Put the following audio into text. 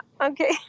Okay